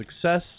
success